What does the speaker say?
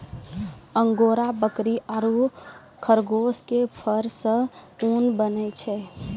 angora बकरी आरो खरगोश के फर सॅ ऊन बनै छै